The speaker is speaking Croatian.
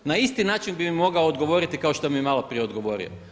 Na isti način bi mi mogao odgovoriti kao što mi je maloprije odgovorio.